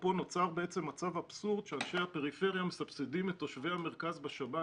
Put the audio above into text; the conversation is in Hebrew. נוצר פה מצב אבסורדי שאנשי הפריפריה מסבסדים את תושבי המרכז בשב"ן